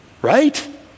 Right